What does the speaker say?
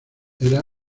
era